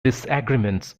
disagreements